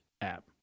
app